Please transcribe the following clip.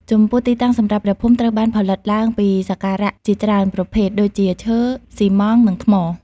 ចំពោះទីកន្លែងសម្រាប់ព្រះភូមិត្រូវបានផលិតឡើងពីសម្ភារៈជាច្រើនប្រភេទ ដូចជា ឈើ ស៊ីម៉ងត៍ និង ថ្ម។